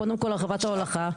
קודם כול הרחבת ההולכה,